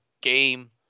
game